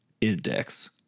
index